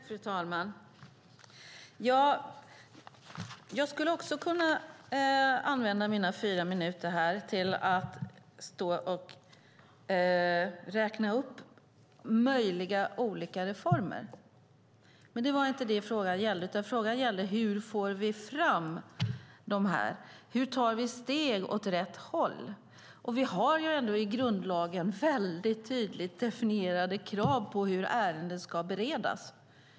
Fru talman! Jag skulle också kunna använda mina fyra minuter till att räkna upp olika möjliga reformer, men nu var det inte detta frågan gällde. Frågan gällde hur vi får fram detta. Hur tar vi steg åt rätt håll? Vi har i grundlagen väldigt tydliga krav på hur ärenden ska beredas.